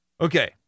Okay